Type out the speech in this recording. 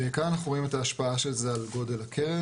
כאן אנחנו רואים את ההשפעה של זה על גודל הקרן.